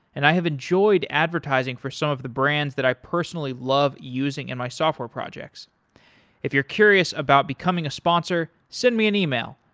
and i have enjoyed advertising for some of the brands that i personally love using in my software projects if you're curious about becoming a sponsor, send me an e-mail,